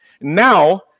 Now